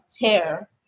tear